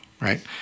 right